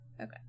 Okay